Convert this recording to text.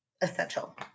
essential